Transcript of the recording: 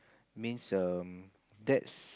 means um that's